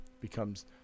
becomes